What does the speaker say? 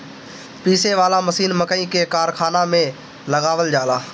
पीसे वाला मशीन मकई के कारखाना में लगावल जाला